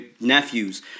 nephews